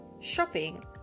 shopping